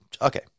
Okay